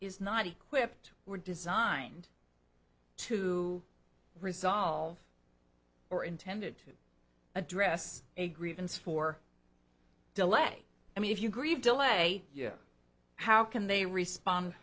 is not equipped were designed to resolve or intended to address a grievance for delay i mean if you grieve delay yeah how can they respond